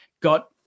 got